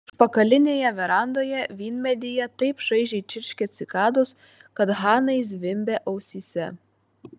užpakalinėje verandoje vynmedyje taip šaižiai čirškė cikados kad hanai zvimbė ausyse